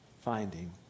Finding